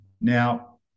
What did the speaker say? Now